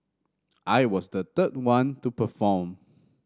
I was the third one to perform